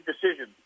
decision